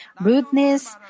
rudeness